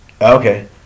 Okay